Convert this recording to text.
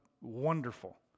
wonderful